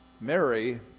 Mary